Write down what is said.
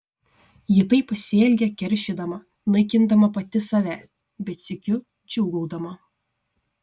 ji taip pasielgė keršydama naikindama pati save bet sykiu džiūgaudama